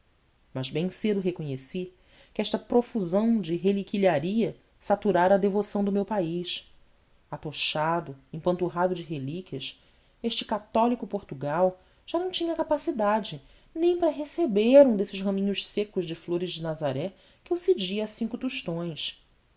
mas bem cedo reconheci que esta profusão de reliquilharia saturara a devoção do meu pais atochado empanturrado de relíquias este católico portugal já não tinha capacidade nem para receber um desses raminhos secos de flores de nazaré que eu cedia a cinco tostões